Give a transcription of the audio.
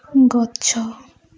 ଗଛ